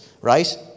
right